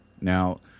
Now